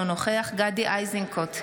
אינו נוכח גדי איזנקוט,